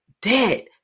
dead